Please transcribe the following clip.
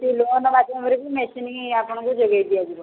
କିଛି ଲୋନ୍ ମାଧ୍ୟମରେ ବି ମେସିନ୍ ଆପଣଙ୍କୁ ଯୋଗେଇ ଦିଆଯିବ